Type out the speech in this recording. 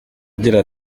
agira